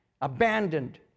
abandoned